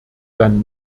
dann